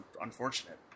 unfortunate